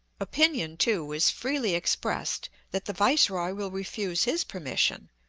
opinion, too, is freely expressed that the viceroy will refuse his permission,